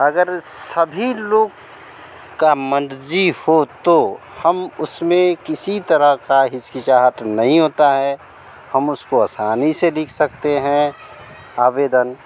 अगर सभी लोग की मर्ज़ी हो तो हम उसमें किसी तरह की हिचकिचाहट नहीं होती है हम उसको आसानी से लिख सकते हैं आवेदन